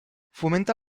fomenta